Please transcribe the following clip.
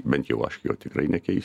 bent jau aš jo tikrai nekeisiu